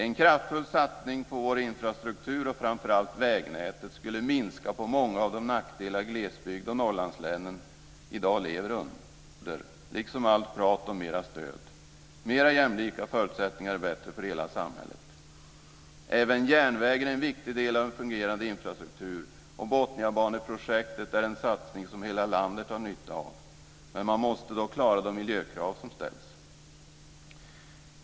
En kraftfull satsning på vår infrastruktur och framför allt på vägnätet skulle minska de nackdelar som Norrlandslänen i dag dras med liksom allt prat om mer stöd. Mer jämlika förutsättningar är bättre för hela samhället. Även järnvägen är en viktig del av en fungerande infrastruktur. Botniabaneprojektet är en satsning som hela landet har nytta av, men man måste klara de miljökrav som ställs.